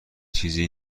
چیزی